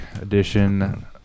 edition